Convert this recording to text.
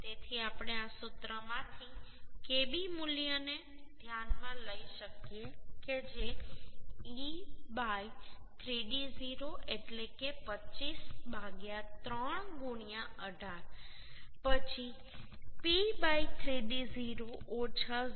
તેથી આપણે આ સૂત્રમાંથી kb મૂલ્યને ધ્યાનમાં લઈ શકીએ કે જે e 3d0 એટલે કે 25 3 18 પછી p 3d0 ઓછા 0